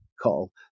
call